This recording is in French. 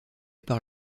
par